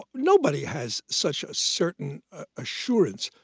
nobody has such a certain assurance.